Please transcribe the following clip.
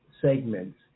segments